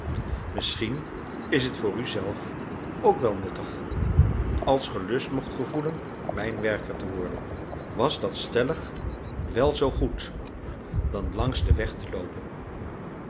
misschien is het voor u zelf ook wel nuttig als ge lust mocht gevoelen mijnwerker te worden was dat stellig wel zoo goed dan langs den weg te loopen